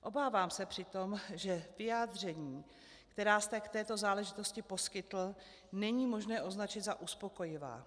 Obávám se přitom, že vyjádření, která jste k této záležitosti poskytl, není možné označit za uspokojivá.